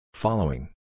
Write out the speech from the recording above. Following